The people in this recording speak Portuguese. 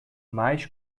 mais